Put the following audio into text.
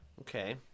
Okay